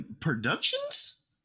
productions